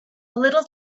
little